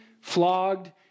flogged